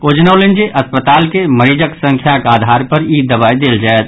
ओ जनौलनि जे अस्पताल के मरीजक संख्याक आधार पर ई दवाई देल जायत